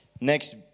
Next